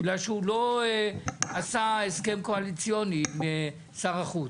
בגלל שהוא לא עשה הסכם קואליציוני עם שר החוץ,